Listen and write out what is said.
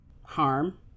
harm